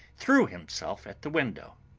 threw himself at the window.